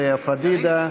לאה פדידה.